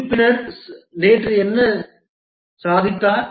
உறுப்பினர் நேற்று என்ன சாதித்தார்